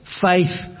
faith